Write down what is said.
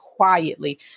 quietly